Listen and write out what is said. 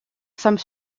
some